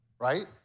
right